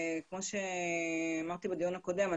כמו שאמרתי בדיון הקודם,